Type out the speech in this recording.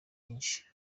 byinshi